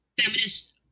feminist